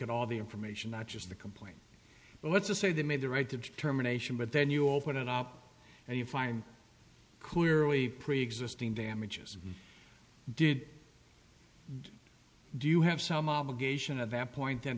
at all the information not just the complaint but let's just say they made the right determination but then you open it up and you find clearly preexisting damages did do you have some obligation at that point